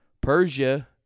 Persia